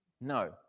No